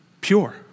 pure